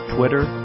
Twitter